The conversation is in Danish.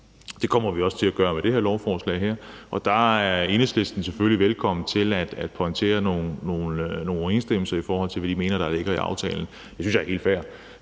Det kommer vi også til at gøre med det her lovforslag, og der er Enhedslisten selvfølgelig velkomne til at pointerer nogle uoverensstemmelser, i forhold til hvad de mener, der ligger i aftalen. Det synes jeg er helt fair.